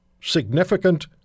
significant